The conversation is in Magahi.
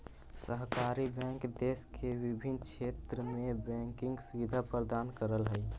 सहकारी बैंक देश के विभिन्न क्षेत्र में बैंकिंग सुविधा प्रदान करऽ हइ